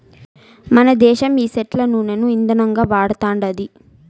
మనదేశం ఈ సెట్ల నూనను ఇందనంగా వాడతండాది